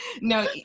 No